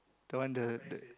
the one the the